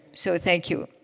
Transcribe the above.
so thank you.